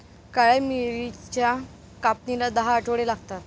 काळ्या मिरीच्या कापणीला दहा आठवडे लागतात